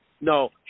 No